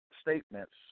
statements